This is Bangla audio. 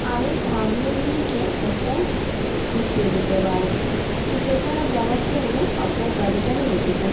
আমি সামনের উইকে একটা ঘুরতে যেতে চাই বাইরে তো সেখানে যাওয়ার জন্য আপনার গাড়িটা আমি নিতে চাই